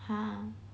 !huh!